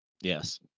Yes